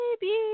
baby